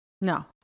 No